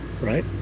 right